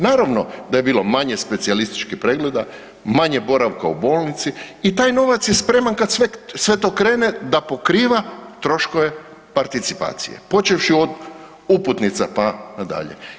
Naravno da je bilo manje specijalističkih pregleda, manje boravka u bolnici i taj novac je spreman kad sve to krene da pokriva troškove participacije počevši od uputnica pa na dalje.